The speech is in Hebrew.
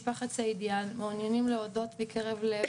משפחת סעידיאן מעוניינים להודות מקרב לב